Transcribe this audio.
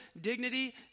dignity